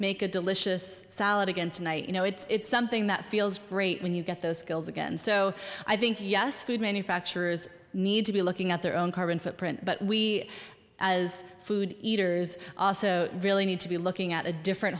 make a delicious salad again tonight you know it's something that feels great when you get those skills again so i think yes food manufacturers need to be looking at their own carbon footprint but we as food eaters also really need to be looking at a different